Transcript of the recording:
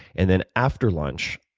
and then after lunch,